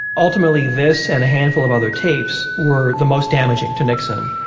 ultimately, this and a handful of other tapes were the most damaging to nixon